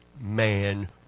man